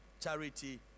Charity